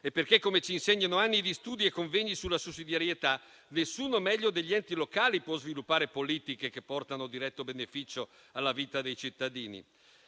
Come ci insegnano anni di studi e convegni sulla sussidiarietà, nessuno meglio degli enti locali può sviluppare politiche che portano diretto beneficio alla vita dei cittadini.